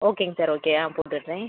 ஓகேங்க sir okay ஆ போட்டுகிறேன்